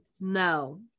No